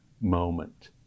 moment